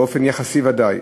באופן יחסי ודאי.